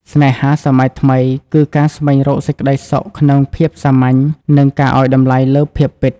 ស្នេហាសម័យថ្មីគឺការស្វែងរកសេចក្តីសុខក្នុងភាពសាមញ្ញ និងការឱ្យតម្លៃលើភាពពិត។